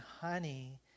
honey